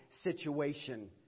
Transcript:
situation